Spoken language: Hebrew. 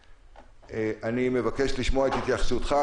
אני מבקש לשמוע את התייחסותך,